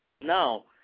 Now